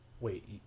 Wait